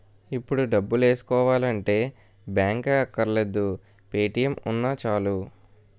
ఇప్పుడు డబ్బులేసుకోవాలంటే బాంకే అక్కర్లేదు పే.టి.ఎం ఉన్నా చాలు